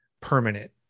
permanent